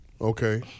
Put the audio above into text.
Okay